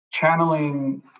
channeling